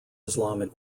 islamic